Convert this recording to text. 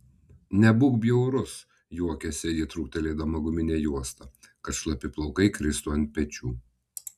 nebūk bjaurus juokiasi ji trūkteldama guminę juostą kad šlapi plaukai kristų ant pečių